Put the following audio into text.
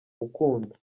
ukunda